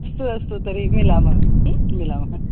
अस्तु अस्तु तर्हि मिलामः मिलामः